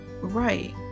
right